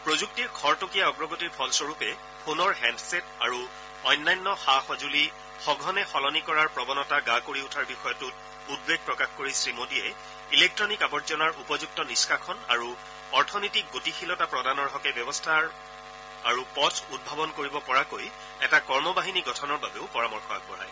প্ৰযুক্তিৰ খৰতকীয়া অগ্ৰগতিৰ ফলস্বৰূপে ফোনৰ হেণ্ডছেট আৰু অন্যান্য সা সঁজুলি সঘনে সলনি কৰাৰ প্ৰৱণতা গা কৰি উঠাৰ বিষয়টোত উদ্বেগ প্ৰকাশ কৰি শ্ৰীমোদীয়ে ইলেক্টনিক আৱৰ্জনাৰ উপযুক্ত নিহ্বাষণ আৰু অথনীতিক গতিশীলতা প্ৰদানৰ হকে ব্যৱস্থা পথ উদ্ভাৱন হ'ব পৰাকৈ এটা কৰ্মবাহিনী গঠনৰ বাবেও পৰামৰ্শ আগবঢ়ায়